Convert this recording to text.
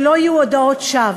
שלא יהיו הודאות שווא?